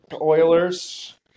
Oilers